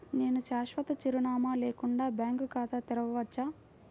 నేను శాశ్వత చిరునామా లేకుండా బ్యాంక్ ఖాతా తెరవచ్చా?